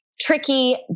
tricky